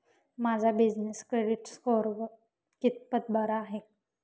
माझा business credit score कितपत बरा आहे?